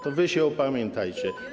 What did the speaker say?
To wy się opamiętajcie.